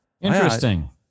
Interesting